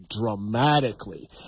dramatically